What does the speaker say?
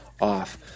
off